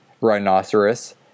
Rhinoceros